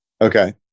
Okay